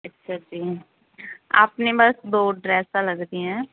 ਅੱਛਾ ਜੀ ਆਪਣੇ ਬਸ ਦੋ ਡਰੈਸਾਂ ਲੱਗਦੀਆਂ ਹੈ